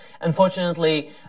Unfortunately